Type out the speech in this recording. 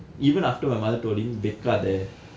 even after my mother told him வைக்காத:vaikkaatha